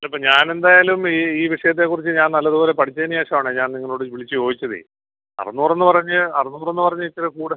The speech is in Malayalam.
ഇപ്പം ഞാൻ എന്തായാലും ഈ ഈ വിഷയത്തെ കുറിച്ച് ഞാൻ നല്ലത് പോലെ പഠിച്ചതിന് ശേഷമാണ് ഞാൻ നിങ്ങളോട് വിളിച്ച് ചോദിച്ചത് അറുന്നൂറെന്ന് പറഞ്ഞ് അറുന്നൂറെന്ന് പറഞ്ഞാൽ ഇച്ചിരി കൂടെ